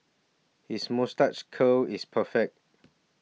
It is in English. his moustache curl is perfect